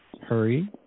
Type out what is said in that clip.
hurry